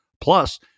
plus